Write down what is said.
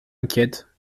inquiètes